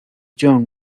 john